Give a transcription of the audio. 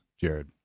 Jared